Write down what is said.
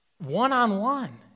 one-on-one